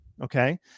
Okay